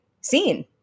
seen